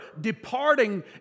departing